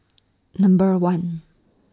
Number one